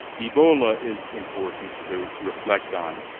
ebola is important to reflect on.